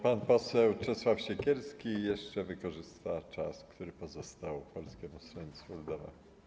Pan poseł Czesław Siekierski jeszcze wykorzysta czas, który pozostał Polskiemu Stronnictwu Ludowemu.